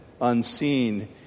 unseen